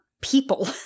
people